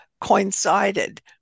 coincided